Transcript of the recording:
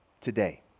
today